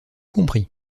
compris